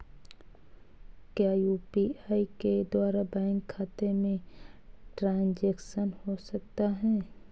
क्या यू.पी.आई के द्वारा बैंक खाते में ट्रैन्ज़ैक्शन हो सकता है?